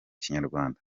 kinyarwanda